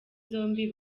zombi